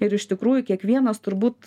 ir iš tikrųjų kiekvienas turbūt